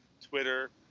Twitter